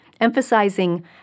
emphasizing